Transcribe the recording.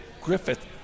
Griffith